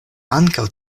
ankaŭ